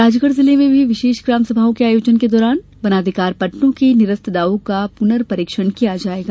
राजगढ़ जिले में भी विशेष ग्रामसभाओं के आयोजन के दौरान वनाधिकार पट्टों के निरस्त दावों का पुनः परीक्षण किया जायेगा